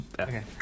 Okay